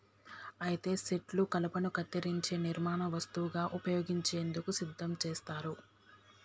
అయితే సెట్లు కలపను కత్తిరించే నిర్మాణ వస్తువుగా ఉపయోగించేందుకు సిద్ధం చేస్తారు